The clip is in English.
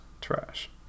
trash